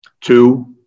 Two